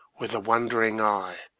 with a wondering eye,